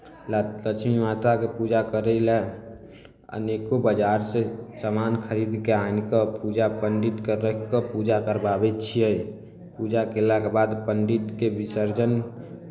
ल लक्ष्मी माताके पूजा करय लए अनेको बजारसँ सामान खरीद कऽ आनि कऽ पूजा पण्डितकेँ राखि कऽ पूजा करवाबै छियै पूजा कयलाके बाद पण्डितके विसर्जन